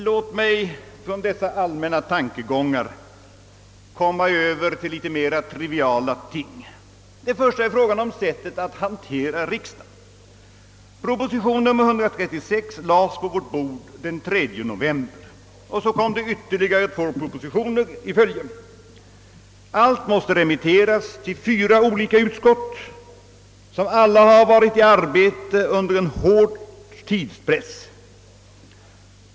Låt mig från dessa allmänna tankegångar gå över till litet mera triviala ting. Det första är frågan om sättet att hantera riksdagen. Proposition nr 136 lades på vårt bord den 3 november, och så kom det ytterligare två propositioner i följd. Allt måste remitteras till fyra olika utskott, som alla har varit i arbete under hård tidspress.